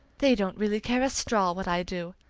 they don't really care a straw what i do.